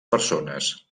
persones